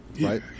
right